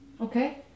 Okay